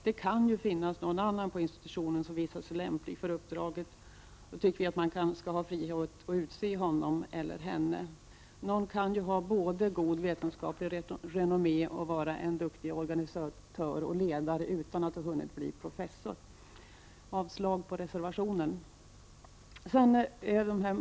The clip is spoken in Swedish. Det kan ju finnas någon annan på institutionen som visar sig lämplig för uppdraget, och då tycker vi att man skall ha frihet att utse honom eller henne. Någon kan ju ha både gott vetenskapligt renommé och vara en duktig organisatör och ledare, utan att han eller hon hunnit bli professor. Jag yrkar avslag på reservationen.